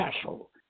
Castle